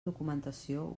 documentació